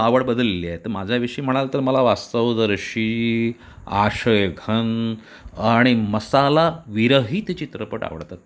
आवड बदलेली आहे तर माझ्याविषयी म्हणाल तर मला वास्तवदर्शी आशयघन आणि मसालाविरहित चित्रपट आवडतात